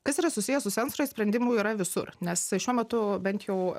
kas yra susiję su sensoriais sprendimų yra visur nes šiuo metu bent jau